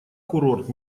курорт